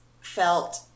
felt